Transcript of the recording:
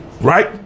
Right